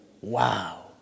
wow